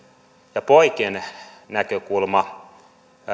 ja poikien näkökulma